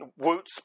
woots